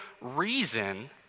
reason